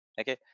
Okay